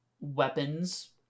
weapons